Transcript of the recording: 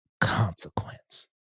consequence